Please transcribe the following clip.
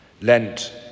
Lent